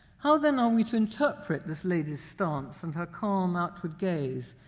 how, then, are we to interpret this lady's stance and her calm, outward gaze,